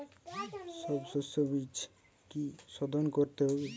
সব শষ্যবীজ কি সোধন করতে হবে?